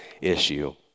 issue